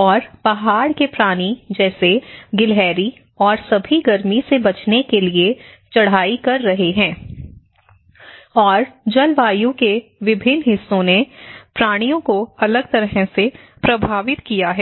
और पहाड़ के प्राणी जैसे गिलहरी और सभी गर्मी से बचने के लिए चढ़ाई कर रहे हैं और जलवायु के विभिन्न हिस्सों ने प्राणियों को अलग तरह से प्रभावित किया है